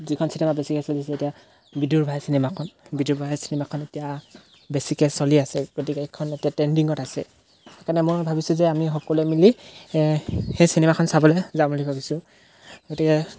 যিখন চিনেমা বেছিকৈ চলিছে এতিয়া বিদুৰভাই চিনেমাখন বিদুৰভাই চিনেমাখন এতিয়া বেছিকৈ চলি আছে গতিকে এইখন এতিয়া ট্ৰেণ্ডিঙত আছে সেইকাৰণে মই ভাবিছোঁ যে আমি সকলোৱে মিলি সেই চিনেমাখন চাবলৈ যাম বুলি ভাবিছোঁ গতিকে